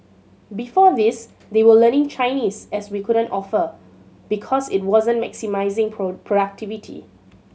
before this they were learning Chinese as we couldn't offer because it wasn't maximising productivity